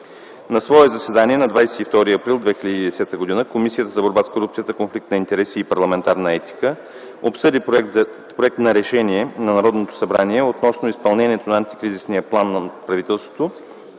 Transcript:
На свое заседание на 22 април 2010 г. Комисията за борба с корупцията, конфликт на интереси и парламентарна етика обсъди Проект на решение на Народното събрание относно изпълнението на Антикризисния план на правителството